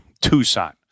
Tucson